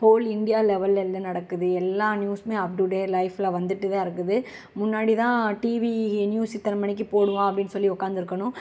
whole India லெவல்ல என்ன நடக்குது எல்லா நியூஸூமே அப் டு டே லைஃப்ல வந்துட்டுதான் இருக்குது முன்னாடிதான் டிவி நியூஸ் இத்தனை மணிக்குப்போடுவான் அப்படின்னு சொல்லி உட்காந்து இருக்கணும்